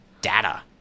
Data